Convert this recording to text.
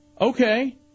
okay